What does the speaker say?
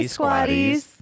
Squatties